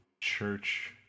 church